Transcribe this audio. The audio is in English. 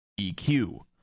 EQ